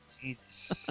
Jesus